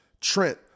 trent